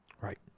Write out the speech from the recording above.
right